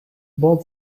bob